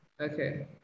Okay